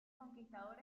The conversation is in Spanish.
conquistador